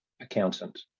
accountant